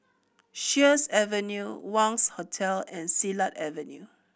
Sheares Avenue Wangz Hotel and Silat Avenue